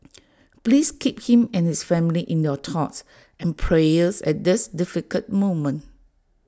please keep him and his family in your thoughts and prayers at this difficult moment